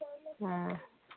ꯑꯥ